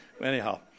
anyhow